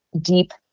deep